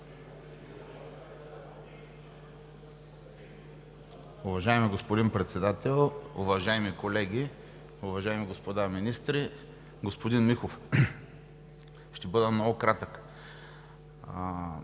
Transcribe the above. Уважаеми господин Председател, уважаеми колеги, уважаеми господа министри! Господин Михов, ще бъда много кратък.